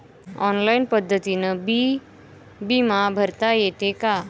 Online पद्धतीनं बी बिमा भरता येते का?